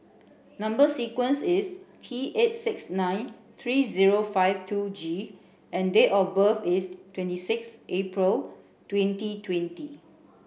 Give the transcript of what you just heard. number sequence is T eight six nine three zero five two G and date of birth is twenty six April twenty twenty